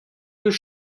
deus